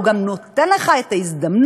הוא גם נותן לך את ההזדמנות